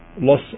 loss